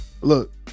Look